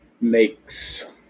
makes